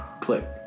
Click